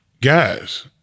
guys